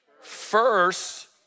first